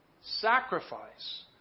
sacrifice